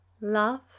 Love